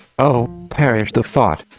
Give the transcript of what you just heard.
oh, perish the thought!